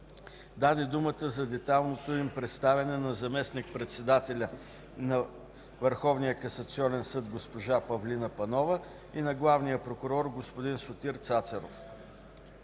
даде думата за детайлното им представяне на заместник-председателя на Върховния касационен съд госпожа Павлина Панова и на главния прокурор господин Сотир Цацаров.